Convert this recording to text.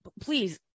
please